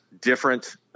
different